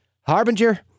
Harbinger